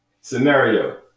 Scenario